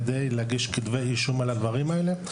כדי להגיש כתבי אישום על הדברים האלה,